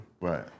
Right